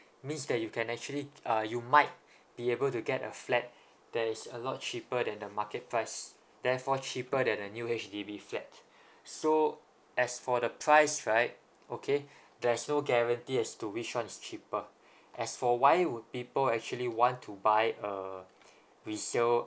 means that you can actually uh you might be able to get a flat there is a lot cheaper than the market price therefore cheaper than a new H_D_B flat so as for the price right okay there's no guarantee as to which [one] is cheaper as for why would people actually want to buy a resale